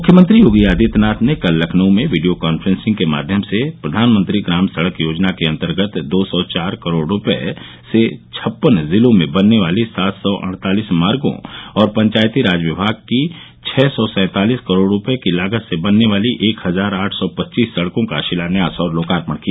मूख्यमंत्री योगी आदित्यनाथ ने कल लखनऊ में वीडियों कांफ्रेंसिंग के माध्यम से प्रधानमंत्री ग्राम सड़क योजना के अन्तर्गत दो सौ चार करोड़ रूपये से छप्पन जिलों में बनने वाले सात सौ अड़तालिस मार्गो और पंचायती राज विभाग की छ सौ सैंतालिस करोड़ रूपये लागत से बनने वाली एक हजार आठ सौ पच्चीस सड़कों का शिलान्यास और लोकार्पण किया